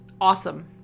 awesome